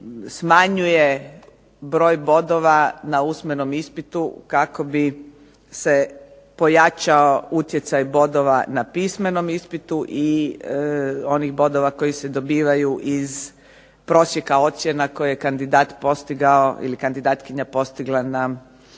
smanjuje broj bodova na usmenom ispitu kako bi se pojačao utjecaj bodova na pismenom ispitu i onih bodova koji se dobivaju iz prosjeka ocjena koje je kandidat postigao ili kandidatkinja postigla na studiju